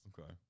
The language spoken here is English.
Okay